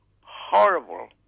horrible